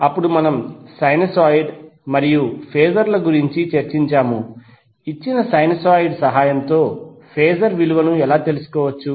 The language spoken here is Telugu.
అప్పుడు మనము సైనూసోయిడ్ మరియు ఫేజర్ గురించి చర్చించాము ఇచ్చిన సైనూసోయిడ్ సహాయంతో ఫేజర్ విలువను ఎలా తెలుసుకోవచ్చు